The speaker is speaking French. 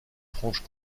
franche